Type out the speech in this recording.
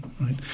right